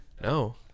No